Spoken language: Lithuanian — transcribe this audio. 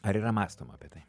ar yra mąstoma apie tai